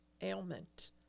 ailment